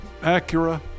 Acura